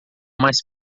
mais